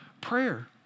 prayer